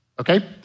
okay